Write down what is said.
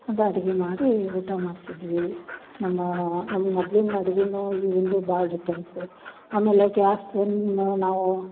ಅದು ಅಡ್ಗಿ ಮಾಡಿ ಊಟ ಮಾಡ್ತಿದ್ವಿ ನಮ್ಮ ನಮ್ಮ ಮೊದ್ಲಿನ ಅಡ್ಗಿನ ಈಗಿಂದು ಭಾಳ ಡಿಪ್ರೆನ್ಸು ಆಮೇಲೆ ಗ್ಯಾಸನ್ನು ನಾವು